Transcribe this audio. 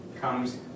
comes